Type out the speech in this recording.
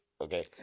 okay